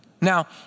Now